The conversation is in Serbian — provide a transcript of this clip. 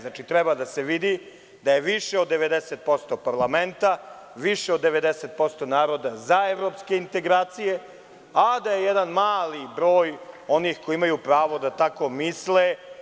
Znači, treba da se vidi da je više od 90% parlamenta, više od 90% naroda za evropske integracije, a da je jedan mali broj protiv, onih koji imaju pravo da tako misle.